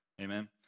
Amen